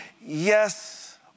Yes